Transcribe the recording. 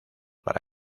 para